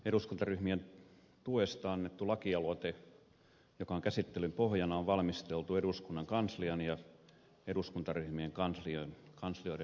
eduskuntaryhmien tuesta annettu lakialoite joka on käsittelyn pohjana on valmisteltu eduskunnan kanslian ja eduskuntaryhmien kanslioiden yhteistyönä